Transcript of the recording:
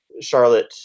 Charlotte